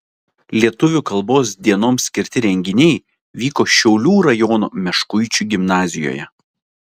lietuvių kalbos dienoms skirti renginiai vyko šiaulių rajono meškuičių gimnazijoje